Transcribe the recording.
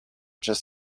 just